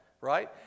right